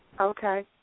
Okay